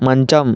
మంచం